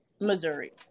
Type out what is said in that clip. Missouri